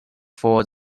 for